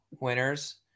winners